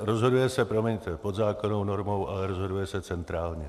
Rozhoduje se, promiňte, podzákonnou normou, ale rozhoduje se centrálně.